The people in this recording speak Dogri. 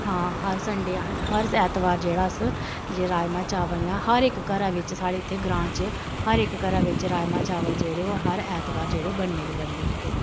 हां हर संडे हर ऐतवार जेह्ड़ा अस जे राजमांह् चावल न हर इक घरै बिच्च साढ़े इत्थे ग्रांऽ च हर इक घरा बिच्च राजमांह् चावल जेह्ड़े ओह् हर ऐतबार जेह्ड़े बनने गै बनने होंदे न